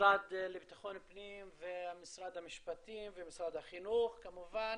המשרד לבטחון פנים ומשרד המשפטים ומשרד החינוך כמובן